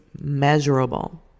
measurable